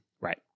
Right